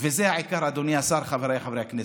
וזה העיקר, אדוני השר, חבריי חברי הכנסת: